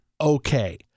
okay